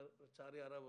לצערי הרב,